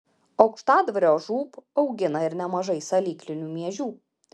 aukštadvario žūb augina ir nemažai salyklinių miežių